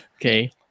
Okay